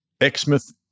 Exmouth